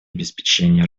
обеспечение